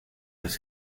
los